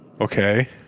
Okay